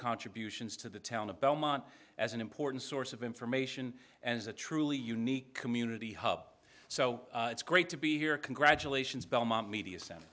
contributions to the town of belmont as an important source of information and is a truly unique community hub so it's great to be here congratulations